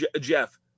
Jeff